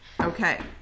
Okay